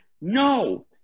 No